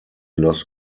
los